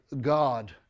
God